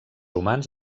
humans